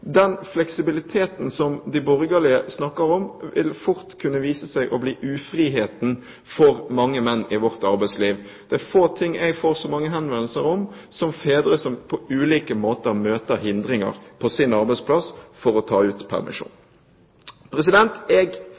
Den fleksibiliteten som de borgerlige snakker om, vil fort kunne vise seg å bli ufriheten for mange menn i vårt arbeidsliv. Det er få ting jeg får så mange henvendelser om, som fedre som på ulike måter møter hindringer på sin arbeidsplass for å ta ut permisjon. Jeg